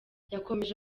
yakomeje